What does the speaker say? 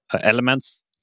elements